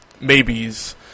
maybes